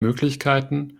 möglichkeiten